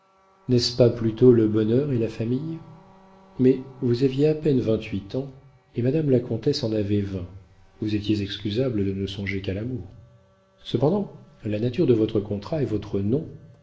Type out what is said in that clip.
n'est-ce pas plutôt le bonheur et la famille mais vous aviez à peine vingt-huit ans et madame la comtesse en avait vingt vous étiez excusable de ne songer qu'à l'amour cependant la nature de votre contrat et votre nom